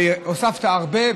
הוספת הרבה,